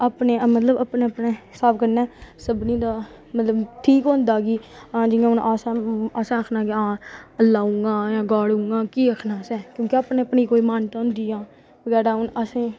अपने मतलब अपने अपने स्हाब कन्नै सभनीं दा मतलब ठीक होंदा की आं जियां हून अस आं ते असें आक्खना की आं अल्लाह उआं गॉर्ड उआं की आक्खना असें क्योंकि अपनी अपनी कोई मान्यता होंदी ऐ बगैरा हून असें